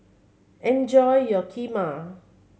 enjoy your Kheema